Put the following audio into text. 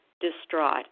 distraught